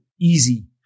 easy